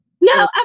No